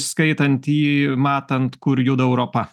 skaitant jį matant kur juda europa